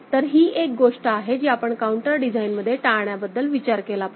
तर ही एक गोष्ट आहे जी आपण काउंटर डिझाईनमध्ये टाळण्याबद्दल विचार केला पाहिजे